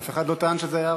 אף אחד לא טען שזה היה ערבים.